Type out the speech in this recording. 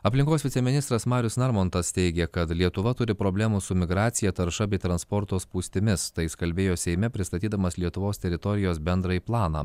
aplinkos viceministras marius narmontas teigė kad lietuva turi problemų su migracija tarša bei transporto spūstimis jis kalbėjo seime pristatydamas lietuvos teritorijos bendrąjį planą